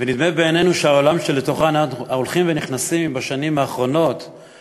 ונדמה בעינינו שהעולם שלתוכו אנחנו הולכים ונכנסים בשנים האחרונות,